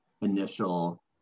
initial